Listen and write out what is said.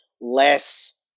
less